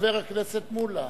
חבר הכנסת מולה.